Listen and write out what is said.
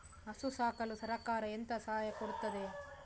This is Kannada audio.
ಹಸು ಸಾಕಲು ಸರಕಾರ ಎಂತ ಸಹಾಯ ಕೊಡುತ್ತದೆ?